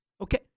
Okay